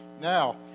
Now